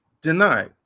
denied